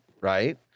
right